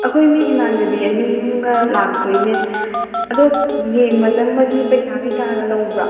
ꯑꯩꯈꯣꯏ ꯃꯤ ꯏꯃꯥꯟꯅꯕꯤ ꯑꯅꯤ ꯑꯍꯨꯝꯒ ꯂꯥꯛꯇꯣꯏꯅꯦ ꯑꯗꯣ ꯌꯦꯡꯕ ꯆꯪꯕꯒꯤ ꯄꯩꯁꯥ ꯀꯩꯀꯥꯒ ꯂꯧꯕ꯭ꯔꯣ